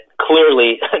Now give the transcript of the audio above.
Clearly